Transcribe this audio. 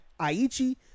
Aichi